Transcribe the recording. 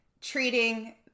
treating